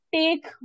take